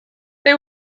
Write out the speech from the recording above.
they